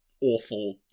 awful